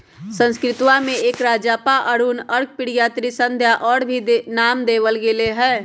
संस्कृतवा में एकरा जपा, अरुण, अर्कप्रिया, त्रिसंध्या और भी नाम देवल गैले है